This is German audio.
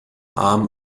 arm